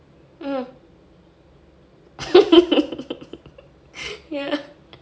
mm